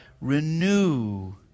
Renew